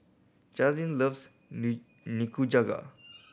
Geraldine loves Nikujaga